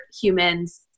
humans